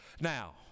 Now